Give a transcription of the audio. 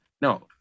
No